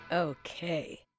Okay